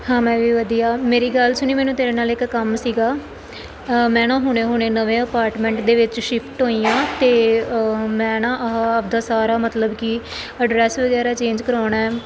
ਹਾਂ ਮੈਂ ਵੀ ਵਧੀਆ ਮੇਰੀ ਗੱਲ ਸੁਣੀ ਮੈਨੂੰ ਤੇਰੇ ਨਾਲ ਇੱਕ ਕੰਮ ਸੀਗਾ ਮੈਂ ਨਾ ਹੁਣੇ ਹੁਣੇ ਨਵੇਂ ਅਪਾਰਟਮੈਂਟ ਦੇ ਵਿੱਚ ਸ਼ਿਫਟ ਹੋਈ ਹਾਂ ਅਤੇ ਮੈਂ ਨਾ ਆਹਾ ਆਪਦਾ ਸਾਰਾ ਮਤਲਬ ਕਿ ਐਡਰੈਸ ਵਗੈਰਾ ਚੇਂਜ ਕਰਾਉਣਾ ਹੈ